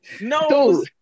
no